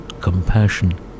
Compassion